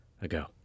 ago